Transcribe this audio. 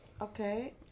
Okay